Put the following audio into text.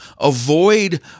avoid